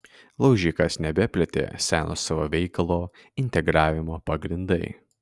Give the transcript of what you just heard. laužikas nebeplėtė seno savo veikalo integravimo pagrindai